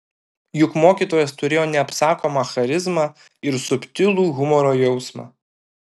juk mokytojas turėjo neapsakomą charizmą ir subtilų humoro jausmą